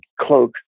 cloak